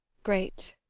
great,